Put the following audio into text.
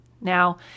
Now